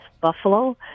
Buffalo